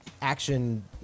action